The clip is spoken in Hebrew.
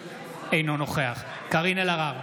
אינו נוכח קארין אלהרר,